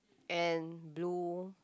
and blue